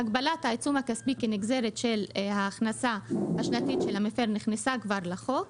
שהגבלת העיצום הכספי כנגזרת של ההכנסה השנתית של המפר נכנסה כבר לחוק,